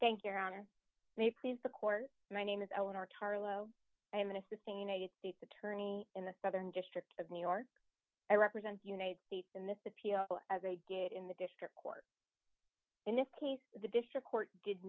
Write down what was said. thank your honor may please the court my name is eleanor carlo i'm assisting united states attorney in the southern district of new york i represent united states in this appeal as a gate in the district court in this case the district court did